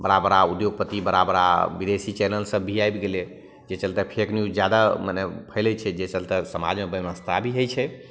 बड़ा बड़ा उद्योगपति बड़ा बड़ा विदेशी चैनलसब भी आबि गेलै जाहि चलिते फेक न्यूज जादा मने फैलै छै जाहि चलिते समाजमे वैमनश्यता भी होइ छै